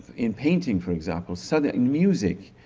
in painting for example, sun and music,